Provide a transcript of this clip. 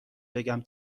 بگم